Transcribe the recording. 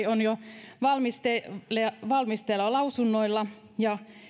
on jo valmisteilla valmisteilla lausunnoilla ja